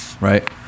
right